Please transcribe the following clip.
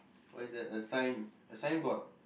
what is that a sign a signboard